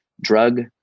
Drug